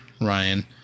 Ryan